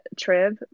TRIB